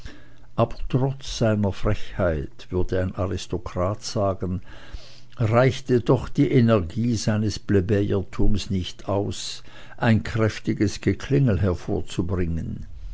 aber trotz seiner frechheit würde ein aristokrat sagen reichte doch die energie seines plebejertumes nicht aus ein kräftiges geklingel hervorzubringen